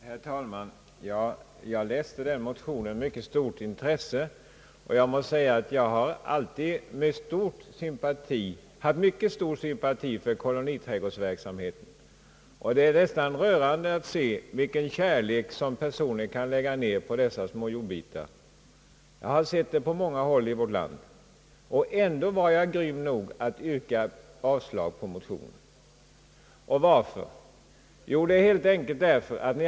Herr talman! Jag har läst fru Wallentheims motion med mycket stort intresse, och jag har alltid haft en mycket stort sympati för koloniträdgårdsverksamheten. Det är nästan rörande att se vilken kärlek personer kan lägga ned på dessa små jordbitar. Jag har sett exempel på detta på många håll i vårt land. o Ändock var jag grym nog att yrka avslag på motionen. Och vad var anledningen härtill? Förklaringen är enkel.